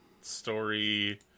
story